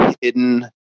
hidden